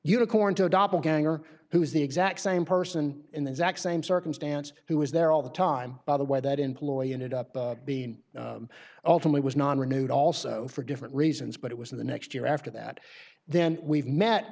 unicorn to adopt a ganger who is the exact same person in the exact same circumstance who was there all the time by the way that employee ended up being ultimately was not renewed also for different reasons but it was in the next year after that then we've met